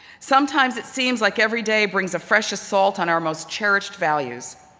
sometimes, it seems like every day brings a fresh assault on our most cherished values.